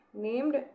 named